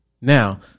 Now